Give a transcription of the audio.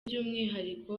by’umwihariko